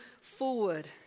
forward